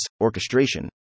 orchestration